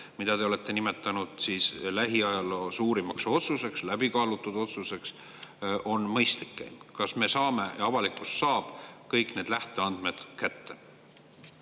mida te olete nimetanud lähiajaloo suurimaks otsuseks, läbi kaalutud otsuseks, on mõistlik? Kas me saame ja kas avalikkus saab kõik need lähteandmed kätte?